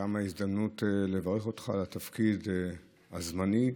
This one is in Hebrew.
זו גם ההזדמנות לברך אותך על התפקיד הזמני,